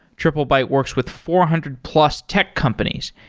triplebyte works with four hundred plus tech companies,